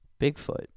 Bigfoot